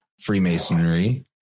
Freemasonry